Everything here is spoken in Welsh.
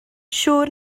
siŵr